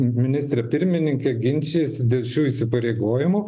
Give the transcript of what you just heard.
ministre pirmininke ginčijasi dėl šių įsipareigojimų